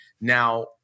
now